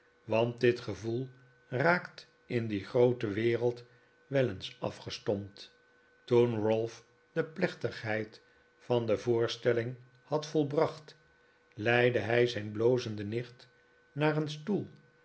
want dit gevoel raakt in die groote wereld wel eens afgestompt toen ralph de plechtigheid van de voorstelling had volbracht leidde hij zijn blozende nicht naar een stoel